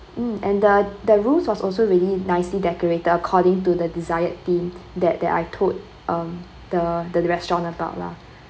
mm and the the room was also really nicely decorated according to the desired theme that that I told um the the restaurant about lah